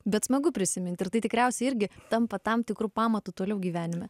bet smagu prisiminti ir tai tikriausiai irgi tampa tam tikru pamatu toliau gyvenime